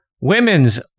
women's